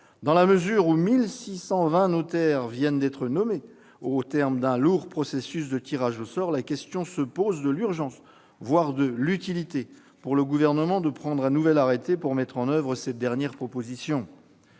Dans la mesure où 1 620 notaires viennent d'être nommés, au terme d'un lourd processus de tirage au sort, la question se pose de l'urgence, voire de l'utilité, pour le Gouvernement, de prendre un nouvel arrêté pour mettre en oeuvre cette dernière proposition.